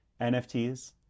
NFTs